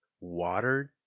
watered